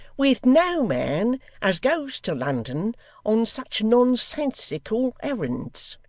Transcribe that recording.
with no man as goes to london on such nonsensical errands